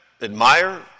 admire